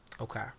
okay